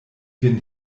vin